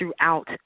throughout